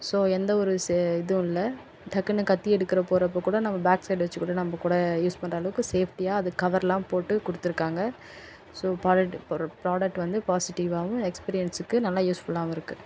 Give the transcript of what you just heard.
so எந்த ஒரு சே இதுவும் இல்லை டக்குன்னு கத்தி எடுக்கிறப் போகிறப்ப கூட நம்ம பேக் சைடு வச்சுக்கூட நம்ம கூட யூஸ் பண்ணுற அளவுக்கு சேஃப்டியாக அதுக்கு கவரெலாம் போட்டு கொடுத்துருக்காங்க ஸோ பிராடக் ப்ரா பிராடெக்ட் வந்து பாசிட்டிவாகவும் எக்ஸ்பிரியன்ஸுக்கு நல்லா யூஸ்ஃபுல்லாகவும் இருக்குது